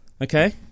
Okay